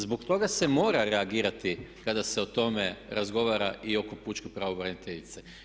Zbog toga se mora reagirati kada se o tome razgovara i oko pučke pravobraniteljice.